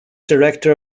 director